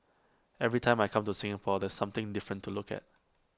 every time I come to Singapore there's something different to look at